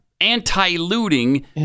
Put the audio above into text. anti-looting